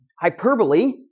hyperbole